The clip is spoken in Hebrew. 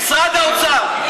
משרד האוצר.